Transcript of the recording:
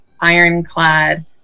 ironclad